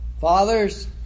fathers